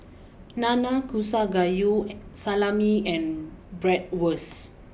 Nanakusa Gayu Salami and Bratwurst